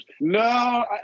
No